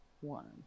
one